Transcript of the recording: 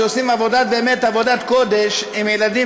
שעושים באמת עבודת קודש עם ילדים,